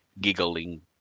giggling